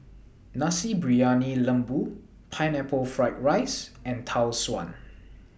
Nasi Briyani Lembu Pineapple Fried Rice and Tau Suan